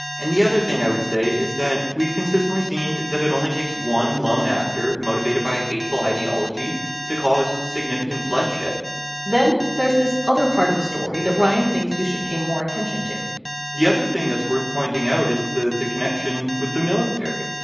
and the other thing i would say is that we've consistently seen that it only takes one lone actor motivated by a hateful ideology to cause significant bloodshed then there's this other part of the story that ryan thinks we should pay more attention to the other thing that's worth pointing out is the the connection with the military.